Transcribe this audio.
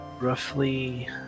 roughly